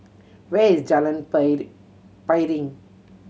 where is Jalan Piring